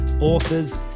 authors